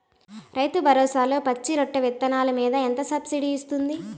రైతు భరోసాలో పచ్చి రొట్టె విత్తనాలు మీద ఎంత సబ్సిడీ ఇస్తుంది?